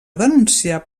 denunciar